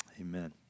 amen